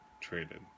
traded